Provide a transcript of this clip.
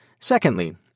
Secondly